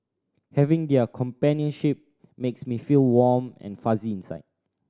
having their companionship makes me feel warm and fuzzy inside